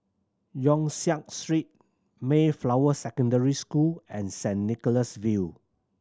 Yong Siak Street Mayflower Secondary School and Saint Nicholas View